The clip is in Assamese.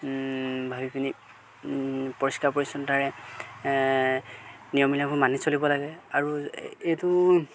ভাবি পিনি পৰিষ্কাৰ পৰিচ্ছন্নতাৰে নিয়মবিলাকো মানি চলিব লাগে আৰু এইটো